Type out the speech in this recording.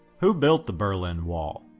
who built the berlin wall?